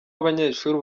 abanyeshuri